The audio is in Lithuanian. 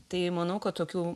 tai manau kad tokiu